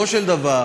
אבל בסופו של דבר,